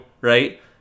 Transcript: right